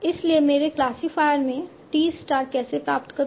इसलिए मेरे क्लासिफायरियर के लिए मैं t स्टार कैसे प्राप्त करूं